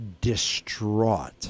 distraught